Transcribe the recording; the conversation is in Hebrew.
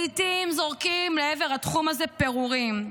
לעיתים זורקים לעבר התחום הזה פירורים,